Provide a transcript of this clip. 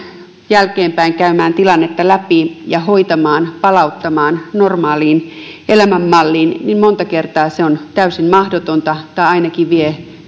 jälkeenpäin käymään tilannetta läpi ja hoitamaan palauttamaan normaaliin elämänmalliin niin monta kertaa se on täysin mahdotonta tai ainakin vie